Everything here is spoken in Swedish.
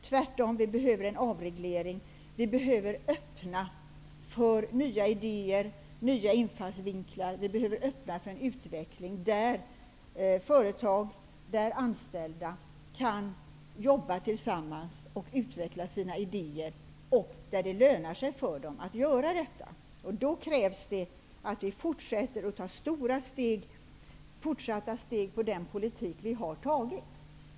Tvärtom behöver vi en avreglering. Vi behöver öppna för nya ide er och infallsvinklar. Vi behöver öppna för en utveckling där företag och anställda kan jobba tillsammans och utveckla sina ide er, och där det lönar sig för dem att göra detta. Då krävs det att vi fortsätter att ta steg på den politiska väg som vi har börjat gå på.